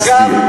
ואגב,